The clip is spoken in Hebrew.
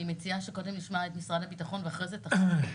אני מציעה שקודם נשמע את משרד הביטחון ואחרי זה את הח"כים.